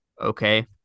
okay